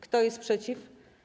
Kto jest przeciw?